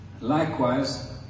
likewise